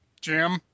Jim